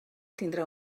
tindrà